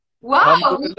Wow